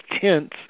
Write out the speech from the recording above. tense